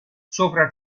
sopra